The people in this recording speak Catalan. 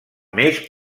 més